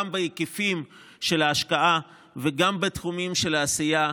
גם בהיקפי ההשקעה וגם בתחומי העשייה,